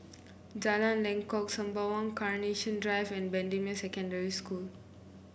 Jalan Lengkok Sembawang Carnation Drive and Bendemeer Secondary School